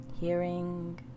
hearing